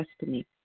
destiny